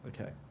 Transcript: okay